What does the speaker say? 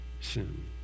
sin